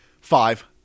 Five